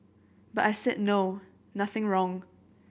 but I said no nothing wrong